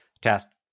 test